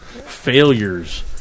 failures